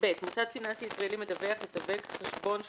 מוסד פיננסי ישראלי מדווח יסווג כחשבון של